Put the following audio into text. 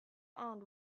end